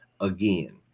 Again